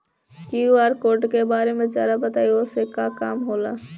QR code के बारे में जरा बताई वो से का काम होला?